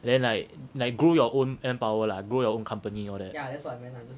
and then like like grow your own manpower la grow your own company all that